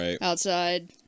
outside